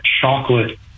chocolate